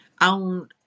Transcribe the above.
on